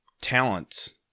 talents